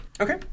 Okay